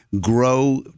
grow